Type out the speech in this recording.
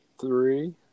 three